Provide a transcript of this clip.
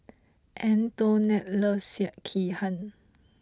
Antionette loves Sekihan